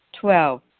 Twelve